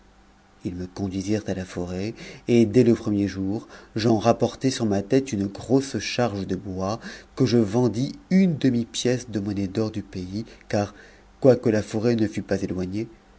ils me conduisirent à la forêt et dès le premier jour j'en rapportai sur ma tête une grosse charge de bois que je vendis une demi pièce de monnaie d'or du pays car quoique la forêt ne fût pas éloignée